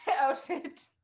outfit